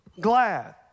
glad